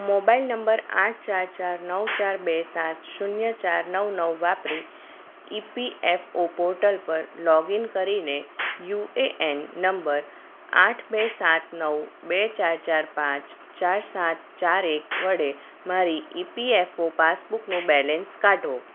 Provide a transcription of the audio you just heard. mobile number આઠ ચાર ચાર નવ ચાર બે સાત શૂન્ય ચાર નવ નવ વાપરી ઇપીએફઓ પોર્ટલ પર લોગઇન કરીને યુએએન નંબર આઠ બે સાત નવ બે ચાર ચાર પાંચ ચાર સાત ચાર એક વડે મારી ઇપીએફઓ પાસબુકનું બેલેન્સ કાઢો